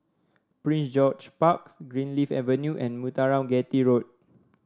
Prince George Parks Greenleaf Avenue and Muthuraman Chetty Road